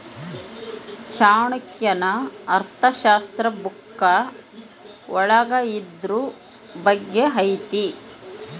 ಚಾಣಕ್ಯನ ಅರ್ಥಶಾಸ್ತ್ರ ಬುಕ್ಕ ಒಳಗ ಇದ್ರೂ ಬಗ್ಗೆ ಐತಿ